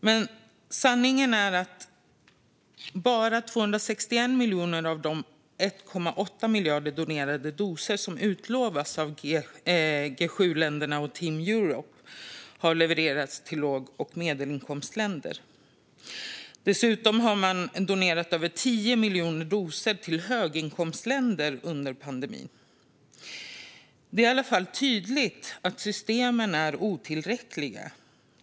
Men sanningen är att bara 261 miljoner av de 1,8 miljarder donerade doser som utlovats av G7-länderna och Team Euro har levererats till låg och medelinkomstländer. Dessutom har man donerat över 10 miljoner doser till höginkomstländer under pandemin. Det är tydligt att systemen är otillräckliga.